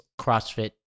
CrossFit